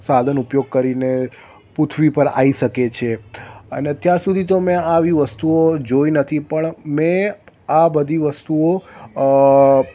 સાધન ઉપયોગ કરીને પૃથ્વી પર આવી શકે છે અને અત્યાર સુધી તો મેં આવી વસ્તુઓ જોઈ નથી પણ મેં આ બધી વસ્તુઓ